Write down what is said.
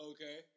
Okay